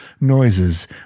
noises